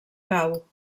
cau